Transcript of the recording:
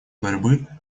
борьбы